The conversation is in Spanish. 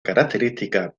característica